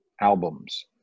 albums